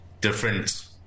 different